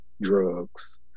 drugs